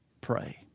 pray